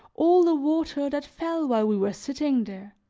all the water that fell while we were sitting there,